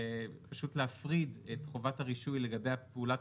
וכן נותני שירותי בזק נוספים שתחול עליהם חובת הרישוי לפי הסעיף